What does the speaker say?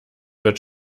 wird